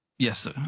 Yes